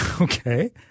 Okay